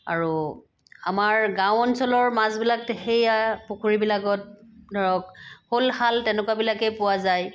আৰু আমাৰ গাঁও অঞ্চলৰ মাছবিলাক সেয়া পুখুৰীবিলাকত ধৰক শ'ল শাল তেনেকুৱাবিলাকেই পোৱা যায়